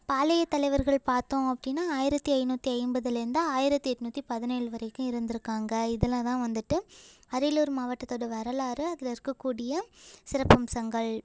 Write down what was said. பாளையத் தலைவர்கள் பார்த்தோம் அப்படின்னா ஆயிரத்தி ஐந்நூற்றி ஐம்பதுலேருந்து ஆயிரத்தி எட்நூற்றி பதினேழு வரைக்கும் இருந்திருக்காங்க இதெல்லாம் தான் வந்துட்டு அரியலூர் மாவட்டத்தோட வரலாறு அதில் இருக்கக்கூடிய சிறப்பம்சங்கள்